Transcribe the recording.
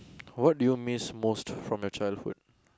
what do you miss most from your childhood